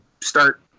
start